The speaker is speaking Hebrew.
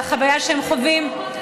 על החוויה שהם חווים,